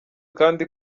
kandi